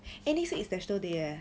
eh next week is national day leh